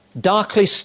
darkly